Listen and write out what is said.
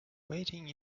waiting